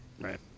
Right